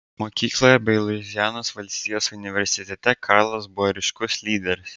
mokykloje bei luizianos valstijos universitete karlas buvo ryškus lyderis